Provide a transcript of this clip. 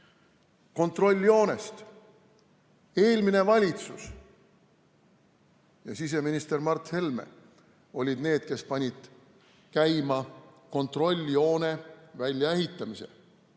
kontrolljoonest. Eelmine valitsus ja siseminister Mart Helme olid need, kes panid käima kontrolljoone väljaehitamise,